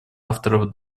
авторов